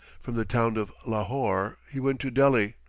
from the town of lahore, he went to delhi,